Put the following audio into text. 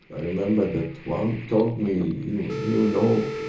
i remember that one told me, you you know,